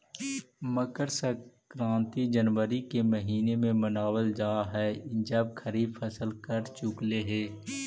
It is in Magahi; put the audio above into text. मकर संक्रांति जनवरी के महीने में मनावल जा हई जब खरीफ फसल कट चुकलई हे